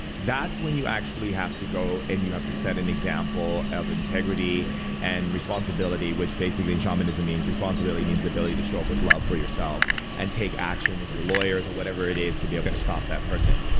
that's when you actually have to go, and you have to set an example of integrity and responsibility which, basically, in shamanism means. responsibility means ability to show up with love for yourself and take action with your lawyers or whatever it is to be able to stop that person.